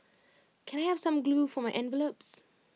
can I have some glue for my envelopes